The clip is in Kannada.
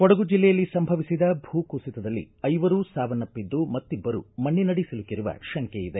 ಕೊಡಗು ಜೆಲ್ಲೆಯಲ್ಲಿ ಸಂಭವಿಸಿದ ಭೂ ಕುಸಿತದಲ್ಲಿ ಐವರು ಸಾವನ್ನಪ್ಪಿದ್ದು ಮತ್ತಿಬ್ಬರು ಮಣ್ಣನಡಿ ಸಿಲುಕಿರುವ ಶಂಕೆಯಿದೆ